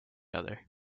other